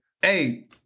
Hey